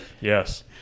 Yes